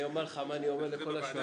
אני אומר לך מה אני אומר לכל השואלים.